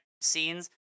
scenes